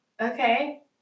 okay